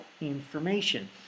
information